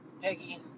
Peggy